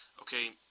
okay